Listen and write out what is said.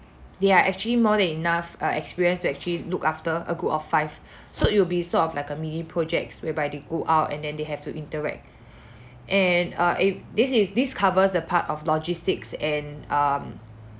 there are actually more than enough uh experience to actually look after a group of five so it will be sort of like a mini projects whereby they go out and then they have to interact and uh it this is this covers the part of logistics and um